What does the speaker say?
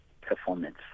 performance